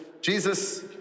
Jesus